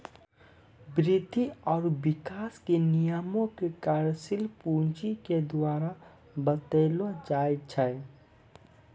वृद्धि आरु विकास के नियमो के कार्यशील पूंजी के द्वारा बतैलो जाय छै